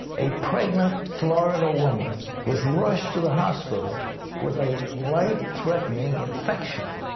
a pregnant florida woman was rushed to the hospital with a life-threatening infection.